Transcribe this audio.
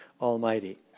Almighty